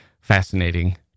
fascinating